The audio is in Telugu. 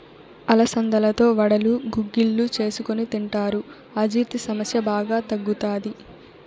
అలసందలతో వడలు, గుగ్గిళ్ళు చేసుకొని తింటారు, అజీర్తి సమస్య బాగా తగ్గుతాది